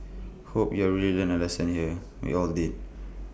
hope you've really learned A lesson here we all did